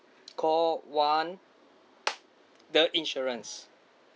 call one the insurance